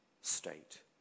state